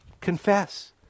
confess